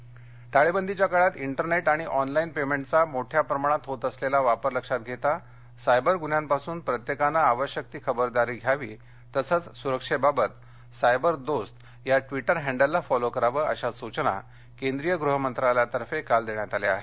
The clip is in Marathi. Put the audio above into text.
दिल्ली टाळेबंदीच्या काळात इंटरनेट आणि ऑनलाईन पेमेंटचा मोठया प्रमाणात होत असलेला वापर लक्षात घेता सायबर गुन्द्यांपासून प्रत्येकानं आवश्यक ती खबरदारी घ्यावी तसेच सुरक्षेबाबत सायबर दोस्त या ट्वीटर हँडलला फॉलो करावं अशा सुचना काल केंद्रीय गृहमंत्रालयातर्फे देण्यात आल्या आहेत